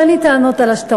אין לי טענות על השטרות,